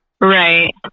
Right